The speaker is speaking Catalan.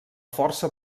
força